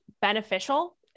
beneficial